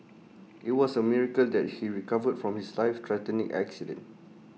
IT was A miracle that she recovered from his life threatening accident